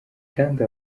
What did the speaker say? kandi